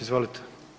Izvolite.